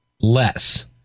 less